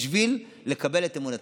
בשביל לקבל את אמון הציבור.